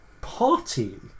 party